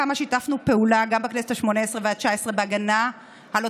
ככל שיתקבלו במחוז ערעורים בגין החלטה כזאת או